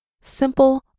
simple